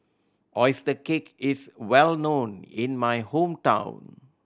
oyster cake is well known in my hometown